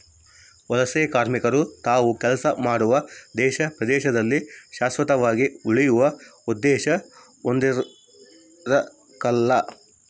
ವಲಸೆಕಾರ್ಮಿಕರು ತಾವು ಕೆಲಸ ಮಾಡುವ ದೇಶ ಪ್ರದೇಶದಲ್ಲಿ ಶಾಶ್ವತವಾಗಿ ಉಳಿಯುವ ಉದ್ದೇಶ ಹೊಂದಿರಕಲ್ಲ